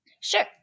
sure